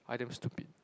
I damn stupid